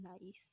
nice